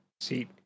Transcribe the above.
seat